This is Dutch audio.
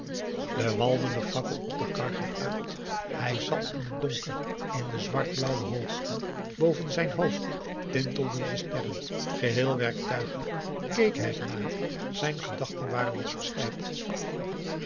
de walmende fakkel op de kar ging uit hij zat in het donker in de zwartblauwe hoogten boven zijn hoofd tintelden de sterren geheel werktuigelijk keek hij er naar zijn gedachten waren als verstijfd